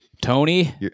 Tony